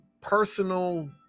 personal